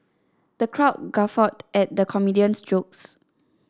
the crowd guffawed at the comedian's jokes